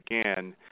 again